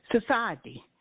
society